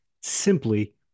simply